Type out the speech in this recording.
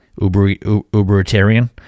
Uberitarian